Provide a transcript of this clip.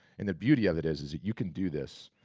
and the beauty of it is is that you can do this.